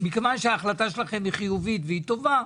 מכיוון שההחלטה שלכם היא חיובית והיא טובה,